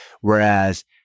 whereas